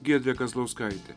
giedrė kazlauskaitė